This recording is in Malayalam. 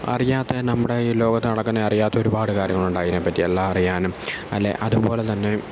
അറിയാത്ത നമ്മുടെ ഈ ലോകത്ത് നടക്കുന്ന അറിയാത്ത ഒരുപാട് കാര്യങ്ങളുണ്ട് അതിനെപ്പറ്റി എല്ലാം അറിയാനും അല്ലെങ്കിൽ അതുപോലെത്തന്നെ